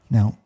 Now